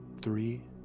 Three